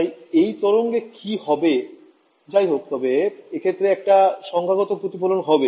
তাই এই তরঙ্গে কি হবে যাইহোক তবে এক্ষেত্রে একটা সংখ্যাগত প্রতিফলন হবে